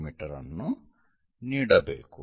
me ಅನ್ನು ನೀಡಬೇಕು